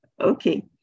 Okay